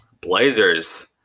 Blazers